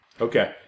Okay